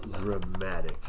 dramatic